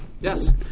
Yes